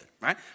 right